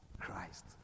Christ